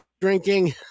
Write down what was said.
Drinking